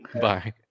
Bye